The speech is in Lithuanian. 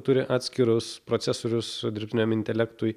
turi atskirus procesorius dirbtiniam intelektui